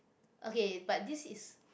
okay but this is